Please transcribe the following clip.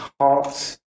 hearts